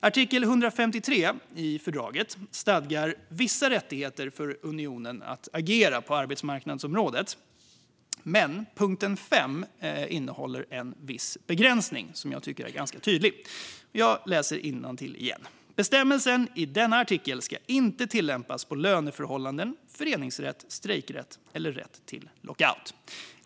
Artikel 153 i fördraget stadgar vissa rättigheter för unionen att agera på arbetsmarknadsområdet, men punkt 5 innehåller en viss begränsning som jag tycker är ganska tydlig: "Bestämmelserna i denna artikel ska inte tillämpas på löneförhållanden, föreningsrätt, strejkrätt eller rätt till lockout."